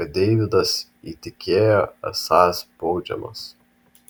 kad deividas įtikėjo esąs baudžiamas